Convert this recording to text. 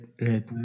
right